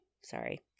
Sorry